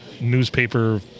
newspaper